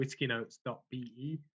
whiskynotes.be